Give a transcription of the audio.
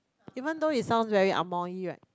even though it sounds very anngmoh right